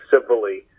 civilly